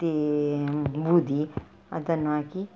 ಮತ್ತು ಬೂದಿ ಅದನ್ನು ಹಾಕಿ